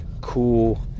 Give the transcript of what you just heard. cool